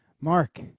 Mark